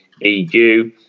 EU